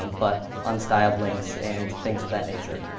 um but unstyled links and things of that nature.